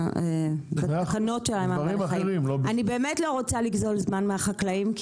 אני לא רוצה לגזול זמן מהחקלאים,